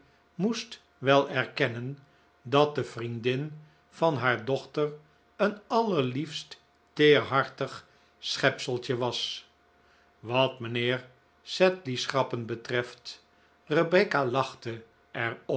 moest wel erkennen dat de vriendin van haar dochter een allerliefst teerhartig schepseltje was wat mijnheer sedley's grappen betreft rebecca lachte